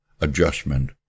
adjustment